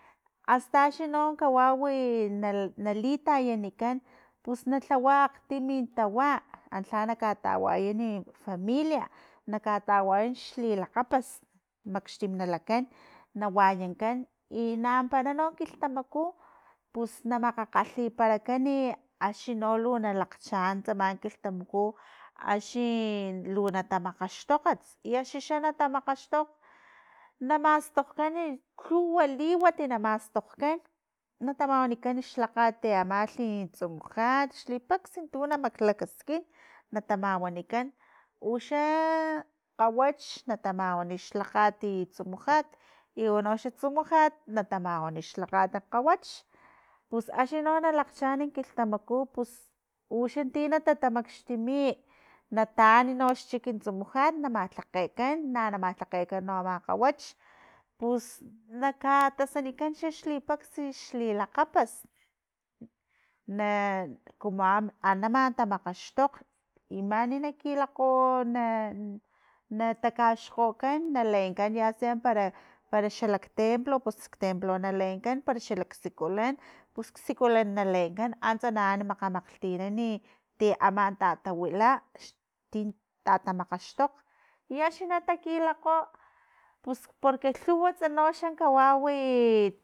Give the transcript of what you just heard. Asta axni no kawawi na- na litayanikan pus nalhawa akgtimitawa anlha nakatawayani familia, na katawayan xli lakgapast makxtim nalakan na wayankan i nampara no kilhtamaku, pus namakgakgalhiparakan i axni no na lakgchaan tsama kilhtamaku axi lu natamakgaxtokgast, i axi xa nata makgakgtokgats na mastogkan lhuwa liwat na mastokgkan, na tamawanikan xlhakgat amalhi tsumujat xlipaksatu namaklakaskin na tamawanikan uxa kgawach natamawani xlhakgati tsumujat unoxa tsumujat matamawani xlhakati kgawach pus axni no nalakgchaan kilhtamaku pus uxan ti natamakxtimi i nataan noxa xchiki tsumujat na malhakgekan na- namalhakgekan ama kgawach, nakatasanikan xlipaxa xlilakgapast na kumu am- a- ama tamakgaxtokg i mani na kilakgo na- natakaxkgokan naleen ya sea para parak xalaktemplo, pus templo na leenkan, pero xalaksikulan pus ksikulan naleenkan, antsa na ani mamakgtinani ti ama tatawula xtin tatamakgaxtokgma, i axi natakilakgo pus porque lhuwats no kawawi.